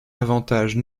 avantage